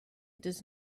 does